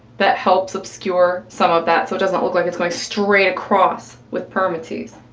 that helps obscure some of that so it doesn't look like it's going straight across with permatease.